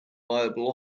viable